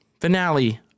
finale